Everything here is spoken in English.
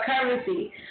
Currency